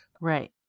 Right